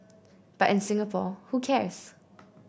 but in Singapore who cares